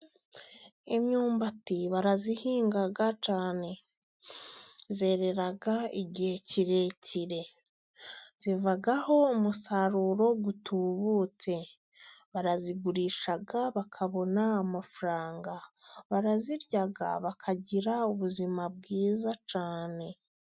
Imyumbati barayihinga cyane, yerera igihe kirekire ivaho umusaruro utubutse, barayigurisha bakabona amafaranga barayirya bakagira ubuzima bwiza cyane.